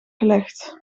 gelegd